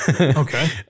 Okay